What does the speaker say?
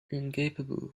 incapable